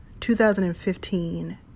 2015